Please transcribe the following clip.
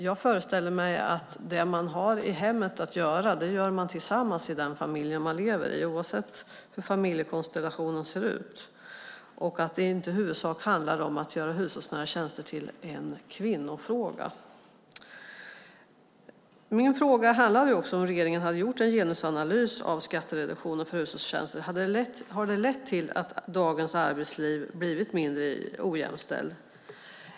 Jag föreställer mig att man i familjen gör det man har att göras i hemmet tillsammans, oavsett hur familjekonstellationen ser ut. Det handlar inte i huvudsak om att göra hushållsnära tjänster till en kvinnofråga. Min fråga gällde om regeringen hade gjort någon genusanalys av skattereduktionen för hushållsnära tjänster. Har det lett till att dagens arbetsliv blivit mindre ojämställt?